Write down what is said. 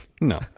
No